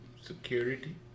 security